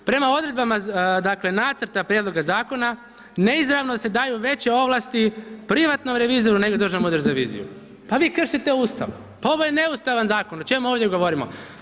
Prema odredbama dakle, nacrta prijedloga zakona neizravno se daju veće ovlasti privatnom revizoru nego Državnom uredu za reviziju, pa vi kršite Ustav pa ovo je neustavan zakon, o čemu ovdje govorimo.